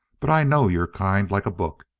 but i know your kind like a book.